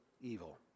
evil